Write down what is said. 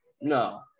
No